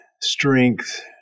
strength